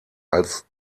als